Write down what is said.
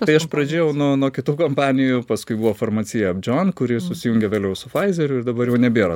tai aš pradėjau nuo nuo kitų kompanijų paskui buvo farmacija apdžon kuri susijungė vėliau su faizeriu ir dabar jau nebėra